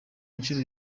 inshuro